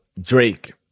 Drake